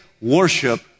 worship